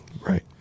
right